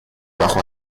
bajo